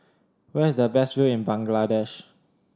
where is the best view in Bangladesh